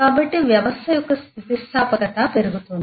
కాబట్టి వ్యవస్థ యొక్క స్థితిస్థాపకత పెరుగుతుంది